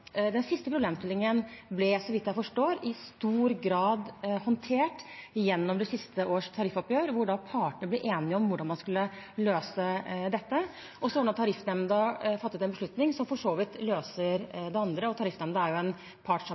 Den siste problemstillingen ble, så vidt jeg forstår, i stor grad håndtert gjennom siste års tariffoppgjør, hvor partene ble enige om hvordan man skulle løse dette. Så har Tariffnemnda fattet en beslutning som for så vidt løser det andre – og Tariffnemnda er et partssammensatt forvaltningsorgan, som har funnet en